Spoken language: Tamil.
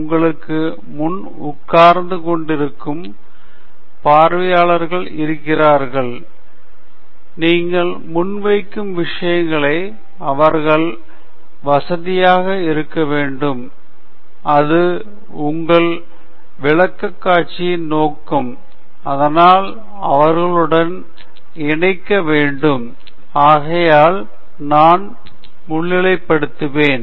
உங்களுக்கு முன் உட்கார்ந்து கொண்டிருக்கும் பார்வையாளர்கள் இருக்கிறார்கள் நீங்கள் முன்வைக்கும் விஷயத்தில் அவர்கள் வசதியாக இருக்க வேண்டும் அது உங்கள் விளக்கக்காட்சியின் நோக்கம் அதனால் அவர்களுடன் இணைக்க வேண்டும் ஆகையால் நான் முன்னிலைப்படுத்துகிறேன்